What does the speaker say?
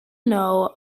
know